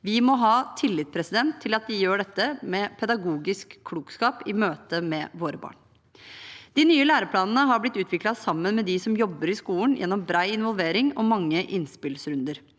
Vi må ha tillit til at de gjør dette med pedagogisk klokskap i møte med våre barn. De nye læreplanene har blitt utviklet sammen med dem som jobber i skolen, gjennom bred involvering og mange innspillsrunder.